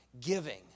giving